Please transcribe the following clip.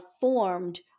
formed